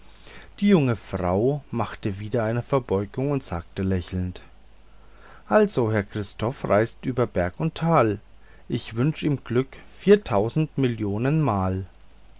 die junge frau machte wieder eine verbeugung und sagte lächelnd also herr christoph reist über berg und tal ich wünsch im glück vieltausendmillionenmal als